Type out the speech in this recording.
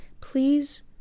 please